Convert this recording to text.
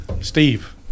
Steve